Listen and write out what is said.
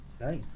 Nice